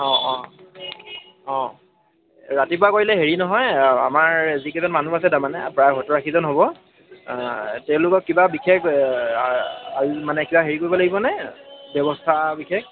অঁ অঁ অঁ ৰাতিপুৱা কৰিলে হেৰি নহয় আমাৰ যিকেইজন মানুহ আছে তাৰমানে প্ৰায় সত্তৰ আশীজন হ'ব তেওঁলোকক কিবা বিশেষ মানে কিবা হেৰি কৰিব লাগিবনে ব্যৱস্থা বিশেষ